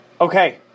Okay